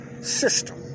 system